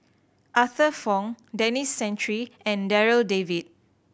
Arthur Fong Denis Santry and Darryl David